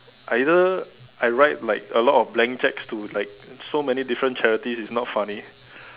I either I write like a lot of blank cheques to like so many different charities it's not funny